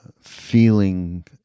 feeling